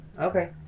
Okay